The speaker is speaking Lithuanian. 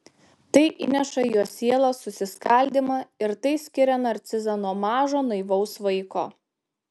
tai įneša į jo sielą susiskaldymą ir tai skiria narcizą nuo mažo naivaus vaiko